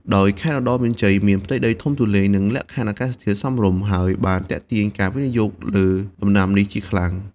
ដោយខេត្តឧត្តរមានជ័យមានផ្ទៃដីធំទូលាយ និងលក្ខខណ្ឌអាកាសធាតុសមរម្យ ហើយបានទាក់ទាញការវិនិយោគលើដំណាំនេះជាខ្លាំង។